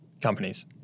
companies